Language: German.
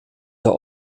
der